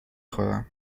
خورم